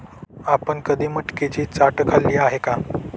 आपण कधी मटकीची चाट खाल्ली आहे का?